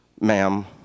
ma'am